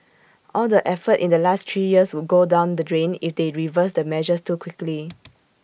all the effort in the last three years would go down the drain if they reverse the measures too quickly